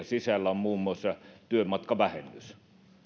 sisällä on muun muassa työmatkavähennys